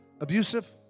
Abusive